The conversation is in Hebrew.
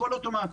הכול אוטומטי.